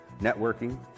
networking